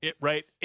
Right